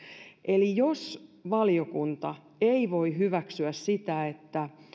eli jos valiokunta ei voi hyväksyä sitä että